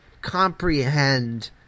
comprehend